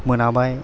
मोनाबाय